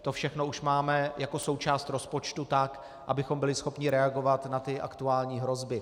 To všechno už máme jako součást rozpočtu tak, abychom byli schopni reagovat na aktuální hrozby.